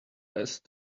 best